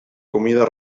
comida